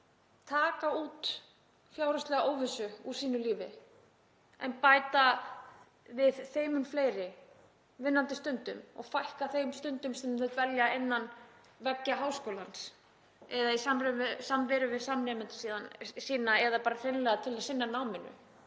taka fjárhagslega óvissu út úr sínu lífi en bæta við þeim mun fleiri vinnandi stundum og fækka þeim stundum sem þau dvelja innan veggja háskólans eða í samveru við samnemendur sína eða bara hreinlega til að sinna náminu,